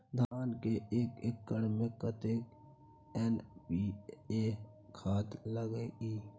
धान के एक एकर में कतेक एन.पी.ए खाद लगे इ?